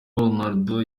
ronaldo